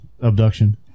abduction